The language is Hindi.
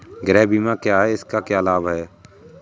गृह बीमा क्या है इसके क्या लाभ हैं?